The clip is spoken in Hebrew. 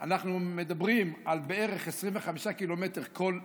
אנחנו מדברים על בערך 25 ק"מ כל פלח,